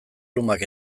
lumak